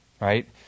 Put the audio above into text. right